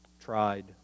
tried